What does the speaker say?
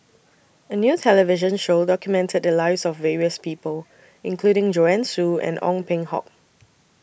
A New television Show documented The Lives of various People including Joanne Soo and Ong Peng Hock